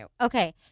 Okay